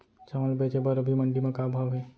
चांवल बेचे बर अभी मंडी म का भाव हे?